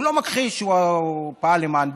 הוא לא מכחיש שהוא פעל למען בזק,